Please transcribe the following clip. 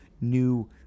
new